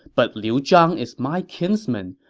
but liu zhang is my kinsman.